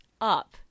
up